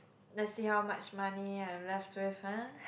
let's see how much money I'm left with !huh!